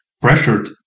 pressured